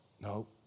no